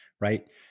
right